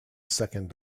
second